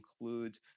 include